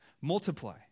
multiply